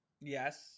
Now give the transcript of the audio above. Yes